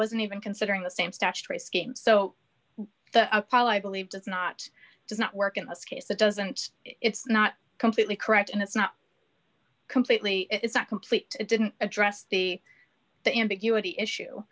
wasn't even considering the same statutory scheme so the apollo i believe that's not does not work in this case that doesn't it's not completely correct and it's not completely it's not complete it didn't address the the ambiguity issue